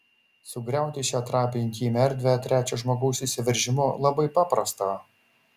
sugriauti šią trapią intymią erdvę trečio žmogaus įsiveržimu labai paprasta